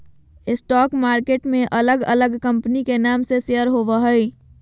stock market में अलग अलग कंपनी के नाम से शेयर होबो हइ